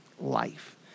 life